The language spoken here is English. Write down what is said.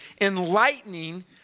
enlightening